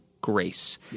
grace